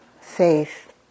Faith